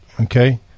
Okay